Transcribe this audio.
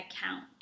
account